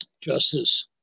Justice